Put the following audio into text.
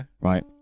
Right